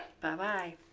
Bye-bye